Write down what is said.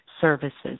Services